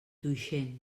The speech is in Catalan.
tuixén